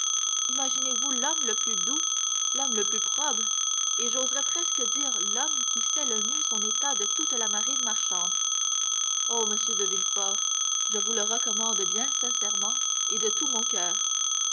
imaginez-vous l'homme le plus doux l'homme le plus probe et j'oserai presque dire l'homme qui sait le mieux son état de toute la marine marchande ô monsieur de villefort je vous le recommande bien sincèrement et de tout mon coeur